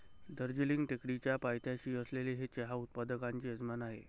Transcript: दार्जिलिंग टेकडीच्या पायथ्याशी असलेले हे चहा उत्पादकांचे यजमान आहे